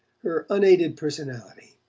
her unaided personality,